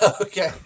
Okay